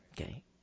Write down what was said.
Okay